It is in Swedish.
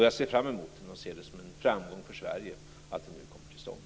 Jag ser fram emot den och ser det som en framgång för Sverige att den nu kommer till stånd.